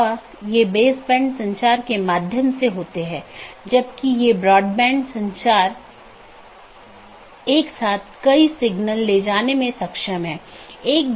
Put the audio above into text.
BGP किसी भी transport layer का उपयोग नहीं करता है ताकि यह निर्धारित किया जा सके कि सहकर्मी उपलब्ध नहीं हैं या नहीं